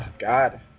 God